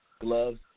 gloves